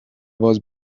was